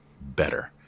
better